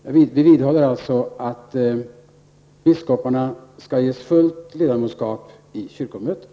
Vi vidhåller att biskoparna skall ges fullt ledamotskap i kyrkomötet.